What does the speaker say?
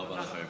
חברי הכנסת,